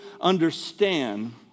understand